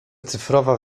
cyfrowa